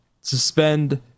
suspend